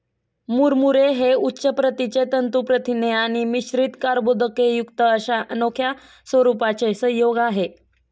मुरमुरे हे उच्च प्रतीचे तंतू प्रथिने आणि मिश्रित कर्बोदकेयुक्त अशा अनोख्या स्वरूपाचे संयोग आहे